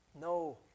No